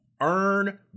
earn